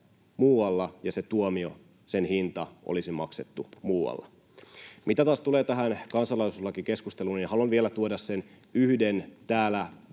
muualla ja sen tuomion hinta olisi maksettu muualla. Mitä taas tulee tähän kansalaisuuslakikeskusteluun, niin haluan vielä tuoda sen yhden täällä